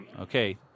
Okay